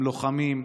הם לוחמים,